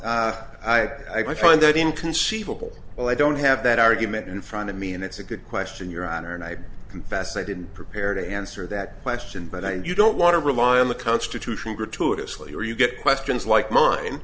well i find that inconceivable well i don't have that argument in front of me and it's a good question your honor and i confess i didn't prepare to answer that question but i know you don't want to rely on the constitution good tour sleeper you get questions like mine